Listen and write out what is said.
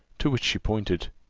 to which she pointed.